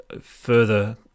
further